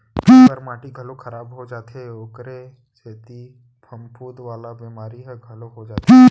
कई बार माटी घलौ खराब हो जाथे ओकरे सेती फफूंद वाला बेमारी ह घलौ हो जाथे